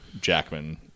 Jackman